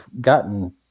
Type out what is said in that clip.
gotten